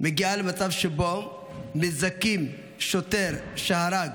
מגיעה למצב שבו מזכים שוטר שהרג